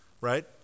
right